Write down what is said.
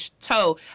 toe